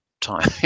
time